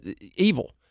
evil